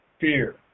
fear